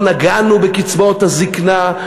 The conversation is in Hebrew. לא נגענו בקצבאות הזיקנה,